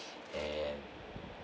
and